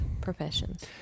professions